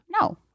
No